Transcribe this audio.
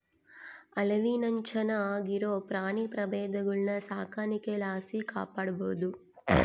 ಅಳಿವಿನಂಚಿನಾಗಿರೋ ಪ್ರಾಣಿ ಪ್ರಭೇದಗುಳ್ನ ಸಾಕಾಣಿಕೆ ಲಾಸಿ ಕಾಪಾಡ್ಬೋದು